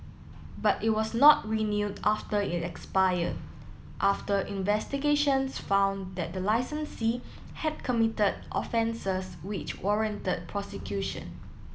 but it was not renewed after it expired after investigations found that the licensee had committed offences which warranted prosecution